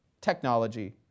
technology